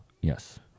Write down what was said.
yes